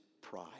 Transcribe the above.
pride